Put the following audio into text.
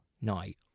night